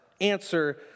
answer